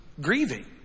grieving